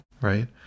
Right